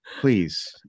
Please